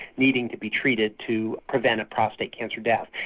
needing to be treated to prevent a prostate cancer death,